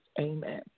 Amen